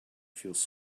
feels